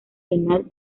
renal